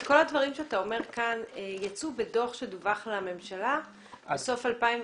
כל הדברים שאתה אומר כאן יצאו בדוח שדווח לממשלה בסף 2017?